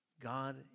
God